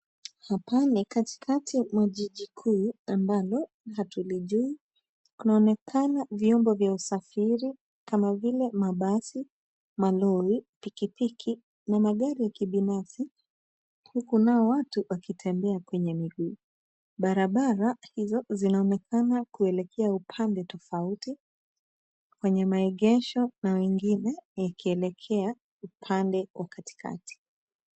Hapa ni katikati mwa jiji kuu ambalo hatulijui. Kunaonekana vyombo vya usafiri kama vile mabasi, malori, pikipiki na magari ya kibinafsi huku nao watu wakitembea kwenye miguu. Barabara hizo zinaonekana kuelekea upande tofauti kwenye maegesho na wengine yakielekea upande wa katikati.